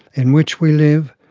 in which we live,